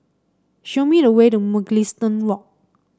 show me the way to Mugliston Walk